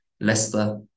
Leicester